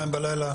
02:00 בלילה,